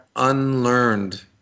unlearned